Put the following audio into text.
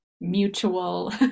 mutual